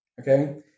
Okay